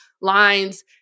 lines